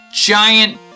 giant